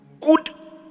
good